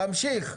תמשיך.